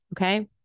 Okay